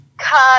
cut